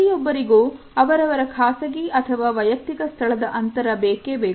ಪ್ರತಿಯೊಬ್ಬರಿಗೂ ಅವರವರ ಖಾಸಗಿ ಅಥವಾ ವೈಯಕ್ತಿಕ ಸ್ಥಳದ ಅಂತರ ಬೇಕೇ ಬೇಕು